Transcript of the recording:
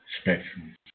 spectrum